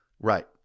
Right